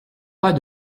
pas